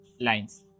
lines